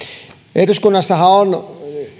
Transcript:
eduskunnassahan on